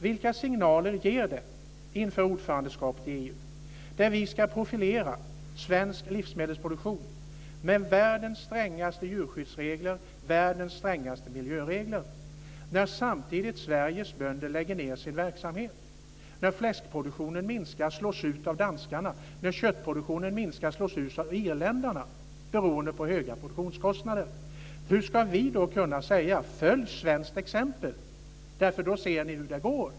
Vilka signaler ger det inför ordförandeskapet i EU, där vi ska profilera svensk livsmedelsproduktion med världens strängaste djurskyddsregler och världens strängaste miljöregler, när Sveriges bönder samtidigt lägger ned sin verksamhet och när fläskproduktionen minskar och slås ut av danskarna och köttproduktionen minskar och slås ut av irländarna, beroende på höga produktionskostnader? Hur ska vi då kunna säga att man ska följa svenskt exempel? Då ser ni hur det går.